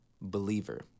believer